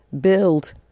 Build